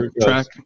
track